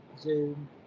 Zoom